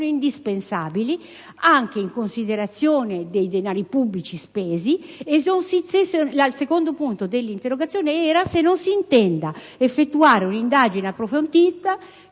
indispensabili anche in considerazione dei denari pubblici spesi. In secondo luogo si chiedeva se non si intendesse effettuare un'indagine approfondita